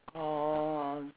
orh